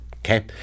okay